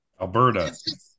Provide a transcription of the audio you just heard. Alberta